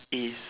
is